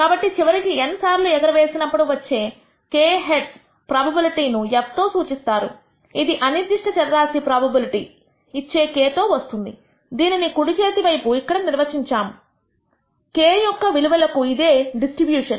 కాబట్టి చివరికి n సార్లు ఎగరవేసినప్పుడు వచ్చే k హెడ్స్ ప్రోబబిలిటీ ను f తో సూచిస్తారు ఇది అనిర్దిష్ట చరరాశి ప్రోబబిలిటీ ఇచ్చే k తో వస్తుంది దీనిని కుడి చేతి వైపు ఇక్కడ నిర్వచించాముk యొక్క విలువలకు ఇదే డిస్ట్రిబ్యూషన్